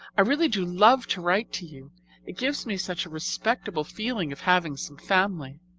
i really do love to write to you it gives me such a respectable feeling of having some family.